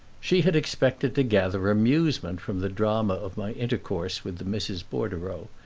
she had expected to gather amusement from the drama of my intercourse with the misses bordereau,